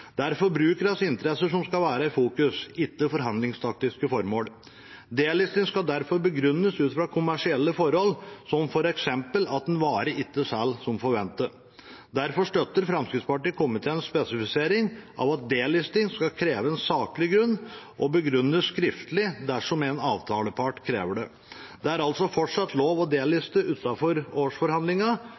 Det er forbrukernes interesser som skal være i fokus, ikke forhandlingstaktiske formål. «Delisting» skal derfor begrunnes ut fra kommersielle forhold, som f.eks. at en vare ikke selger som forventet. Derfor støtter Fremskrittspartiet komiteens spesifisering av at «delisting» skal kreve en saklig grunn og begrunnes skriftlig dersom en avtalepart krever det. Det er altså fortsatt lov